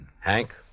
Hank